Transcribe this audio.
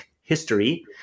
history